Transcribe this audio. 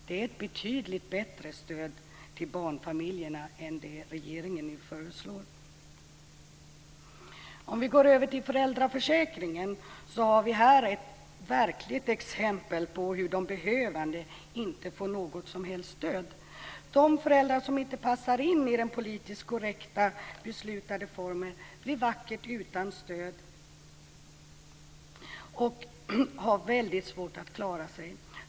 Det är ett betydligt bättre stöd till barnfamiljerna än det regeringen nu föreslår. Så går jag över till föräldraförsäkringen. Här har vi ett verkligt exempel på hur de behövande inte får något som helst stöd. De föräldrar som inte passar in i den beslutade politiskt korrekta formen blir vackert utan stöd och har väldigt svårt att klara sig.